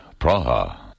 Praha